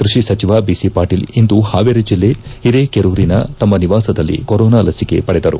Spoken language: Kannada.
ಕೃಷಿ ಸಚಿವ ಬಿಸಿ ಪಾಟೀಲ್ ಇಂದು ಹಾವೇರಿ ಜಿಲ್ಲೆ ಹಿರೇಕೆರೂರಿನ ತಮ್ಮ ನಿವಾಸದಲ್ಲಿ ಕೋರೋನಾ ಲಸಿಕೆ ಪಡೆದರು